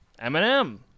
Eminem